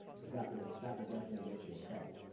cause that will that will definitely get you in trouble.